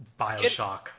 Bioshock